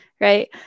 right